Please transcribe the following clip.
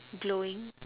glowing